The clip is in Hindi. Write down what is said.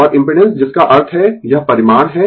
और इम्पिडेंस जिसका अर्थ है यह परिमाण है